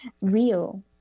real